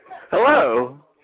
Hello